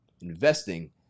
investing